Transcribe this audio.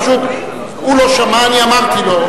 פשוט הוא לא שמע, אני אמרתי לו.